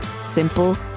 simple